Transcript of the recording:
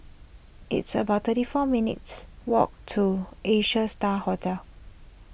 it's about thirty four minutes' walk to Asia Star Hotel